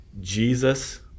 Jesus